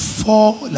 fall